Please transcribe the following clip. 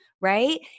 right